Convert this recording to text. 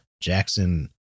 Jackson